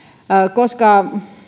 koska